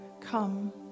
Come